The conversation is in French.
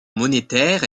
monétaire